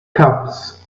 cups